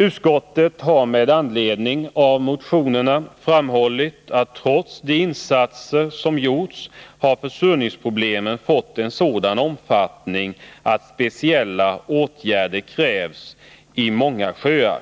Utskottet har med anledning av motionerna framhållit att trots de insatser som gjorts har försurningsproblemen fått en sådan omfattning att speciella åtgärder krävs i många sjöar.